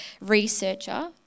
researcher